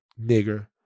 nigger